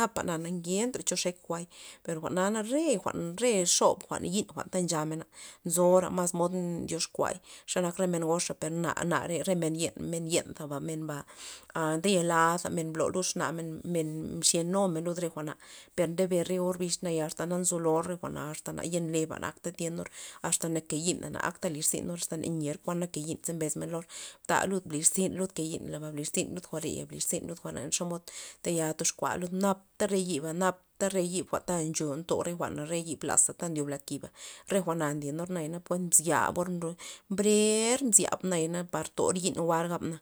popa nana ngenta cho xek jwa'y per jwa'na re jwa'n re xob jwa'n yi'n jwa'n ta nchamen nzora mas mod ndyoxkuay xanak re men goxa per na- nare re men yena men yenzaba men anta nde yalamen mblo lud exna men mxyen numen lud re jwa'na per ndebe re orbix asta na nzolor re jwa'na asta yen leba na akta tienor asta nake yi'na na akta lirzinor asta nanier kuana ke yi'n ze besmen lor bta lud blir zin lud ke yi'nlaba mblizin lud jwa'reya mblizin lud len xomod taya toxkua lud napta re yiba napta re yin jwa'n ncho nto re jwa'n re yib laza ta ndyob lad kiba re jwa'na ndyenor na yana kuen nzyabor brer nzyab naya na par tor yi'n jwa'r gabna.